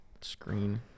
screen